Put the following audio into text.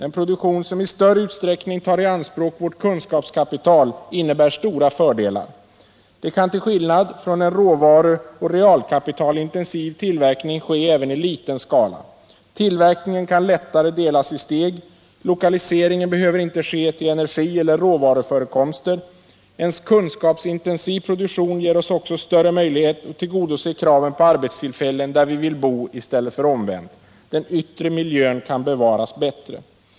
En produktion som i större utsträckning tar i anspråk vårt kunskapskapital innebär stora fördelar. Det kan till skillnad från en råvaruoch realkapitalintensiv tillverkning ske även i liten skala. Tillverkningen kan lättare delas i steg. Lokaliseringen behöver inte ske till energieller råvaruförekomster. En kunskapsintensiv produktion ger oss också större möjlighet att tillgodose kraven på arbetstillfällen där vi vill bo i stället för omvänt. Den yttre miljön kan bättre bevaras.